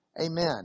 Amen